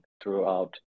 throughout